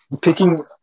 picking